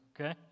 okay